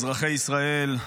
אזרחי ישראל,